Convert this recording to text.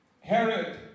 Herod